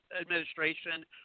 administration